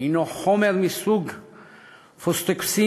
הנו חומר מסוג פוסטוקסין,